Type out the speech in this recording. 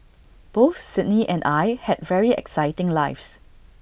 both Sydney and I had very exciting lives